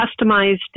customized